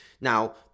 Now